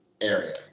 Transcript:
area